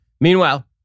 Meanwhile